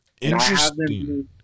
Interesting